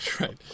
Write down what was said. right